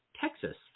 Texas